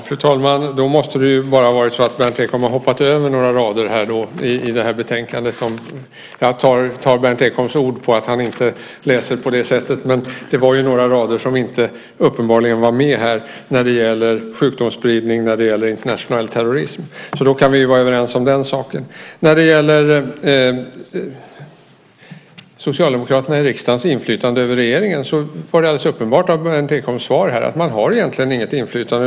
Fru talman! Då måste det vara så att Berndt Ekholm har hoppat över några rader i betänkandet. Jag tar Berndt Ekholm på orden när han säger att han inte läser på det sättet, men några rader var uppenbarligen inte med. Det gäller sjukdomsspridning och internationell terrorism. Då kan vi vara överens om det. När det gäller riksdagens socialdemokraters inflytande över regeringen var det alldeles uppenbart av Berndt Ekholms svar att man egentligen inte har något inflytande.